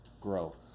grow